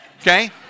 okay